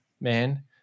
man